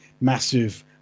massive